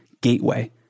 gateway